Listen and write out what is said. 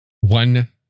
One